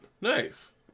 nice